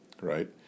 right